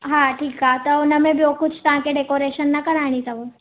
हा ठीकु आहे त उन में ॿियो कुझु तव्हांखे डेकोरेशन न कराइणी अथव